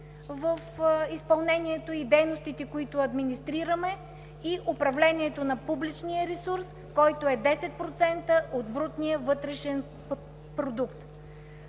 в изпълнението на дейностите, които администрираме, и управлението на публичния ресурс, който е 10% от брутния вътрешен продукт.